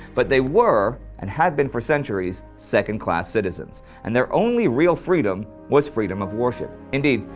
but they were and had been for centuries second-class citizens, and their only real freedom was freedom of worship. indeed,